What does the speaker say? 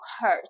hurt